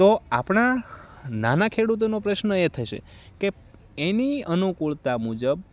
તો આપણા નાના ખેડૂતોનો પ્રશ્ન એ થશે કે એની અનુકૂળતા મુજબ